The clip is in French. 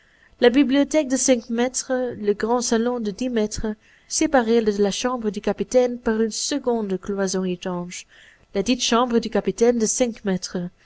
la bibliothèque de cinq mètres le grand salon de dix mètres séparé de la chambre du capitaine par une seconde cloison étanche ladite chambre du capitaine de cinq mètres